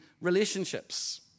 relationships